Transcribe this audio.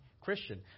christian